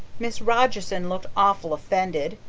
miss rogerson looked awful offended.